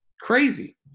Crazy